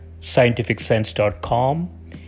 scientificsense.com